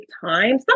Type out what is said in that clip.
time